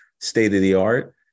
state-of-the-art